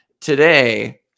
today